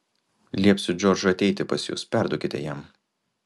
liepsiu džordžui ateiti pas jus perduokite jam